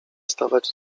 stawać